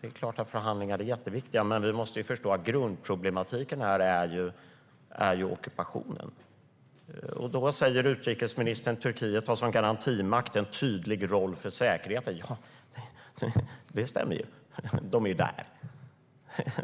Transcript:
Det är klart att förhandlingar är jätteviktiga, men vi måste förstå att grundproblematiken är ockupationen. Då säger utrikesministern att Turkiet som garantimakt har en tydlig roll för säkerheten. Ja, det stämmer. De är ju där.